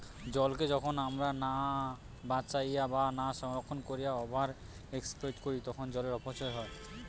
জলকে যখন আমরা না বাঁচাইয়া বা না সংরক্ষণ কোরিয়া ওভার এক্সপ্লইট করি তখন জলের অপচয় হয়